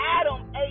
Adam